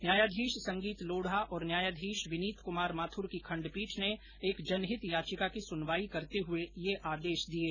न्यायाधीश संगीत लोढ़ा और न्यायाधीश विनीत कुमार माथुर की खंडपीठ ने एक जनहित याचिका की सुनवाई करते हुए ये आदेश जारी किये